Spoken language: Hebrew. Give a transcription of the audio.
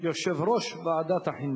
יושב-ראש ועדת החינוך.